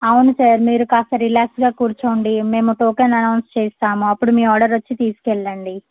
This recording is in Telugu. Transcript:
అవును సార్ మీరు కాస్త రిలాక్స్గా కూర్చోండి మేము టోకెన్ అనౌన్స్ చేస్తాము అప్పుడు మీ ఆర్డర్ వచ్చి తీసుకెళ్ళండి